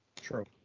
True